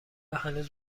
هنوز